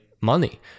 money